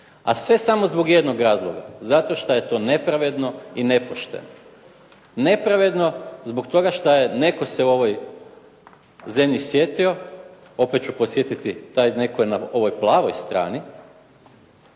A sve samo zbog jednog razloga, zato što je to nepravedno i nepošteno. Nepravedno zbog toga što se netko u ovoj zemlji sjetio, opet ću podsjetiti taj netko je na ovoj plavoj strani,